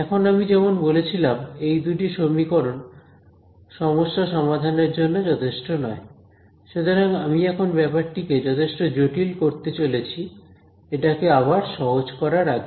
এখন আমি যেমন বলেছিলাম এই দুটি সমীকরণ সমস্যা সমাধানের জন্য যথেষ্ট নয় সুতরাং আমি এখন ব্যাপারটিকে যথেষ্ট জটিল করতে চলেছি এটাকে আবার সহজ করার আগে